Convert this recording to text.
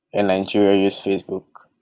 and i'm curious facebook,